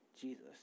Jesus